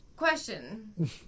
Question